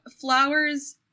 flowers